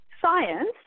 science